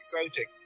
exciting